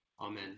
Amen